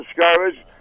discouraged